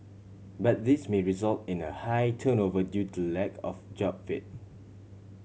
but this may result in a high turnover due to lack of job fit